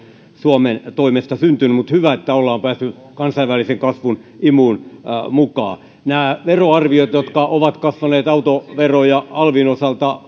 suomen toimesta syntynyt mutta hyvä että ollaan päästy kansainvälisen kasvun imuun mukaan nämä veroarviot jotka ovat kasvaneet autoveron ja alvin osalta